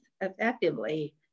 effectively